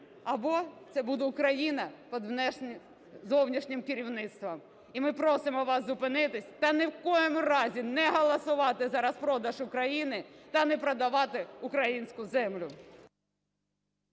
або це буде Україна під зовнішнім керівництвом. І ми просимо вас зупинитись та ні в якому разі не голосувати за розпродаж України та не продавати українську землю.